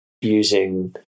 using